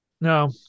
No